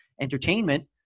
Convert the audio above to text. entertainment